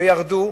וירדה,